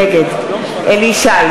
נגד אליהו ישי,